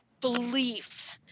belief